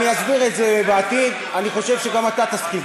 אני אסביר את זה בעתיד, אני חושב שגם אתה תסכים.